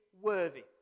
worthy